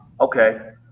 Okay